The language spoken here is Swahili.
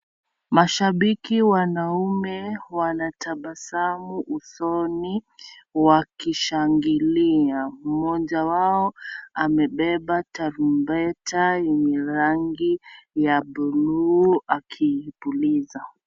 Mashabiki wanaume wanatabasamu usoni wakishangilia. Mmoja wao amebeba tarumbeta yenye rangi ya bluu akiipuliza.